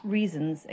Reasons